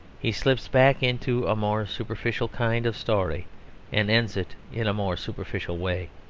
he slips back into a more superficial kind of story and ends it in a more superficial way.